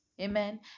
Amen